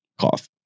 Cough